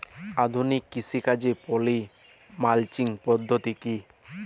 আধুনিক কৃষিকাজে poly mulching পদ্ধতি কি?